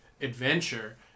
adventure